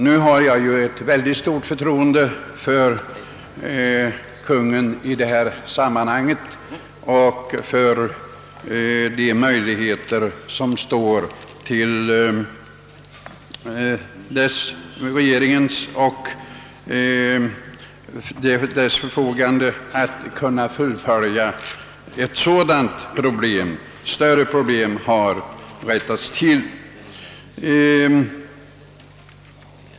Nu har jag emellertid stort förtroende för kungen och för re geringens förmåga att lösa ett sådant problem. Större problem har rättats till.